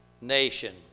nation